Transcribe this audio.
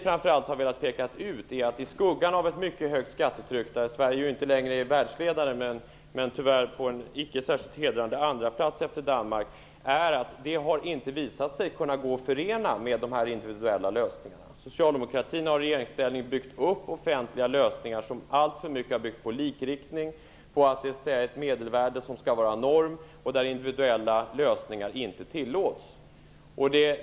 Sverige är ju inte längre världsledande i det fallet, men vi har tyvärr en icke särskilt hedrande andraplats efter Danmark. Det vi framför allt velat peka ut är att det inte visat sig gå att förena ett mycket högt skattetryck med individuella lösningar. Socialdemokratin har i regeringsställning byggt upp offentliga lösningar som alltför mycket har grundats på likriktning. Ett medelvärde skall vara norm. Individuella lösningar tillåts inte.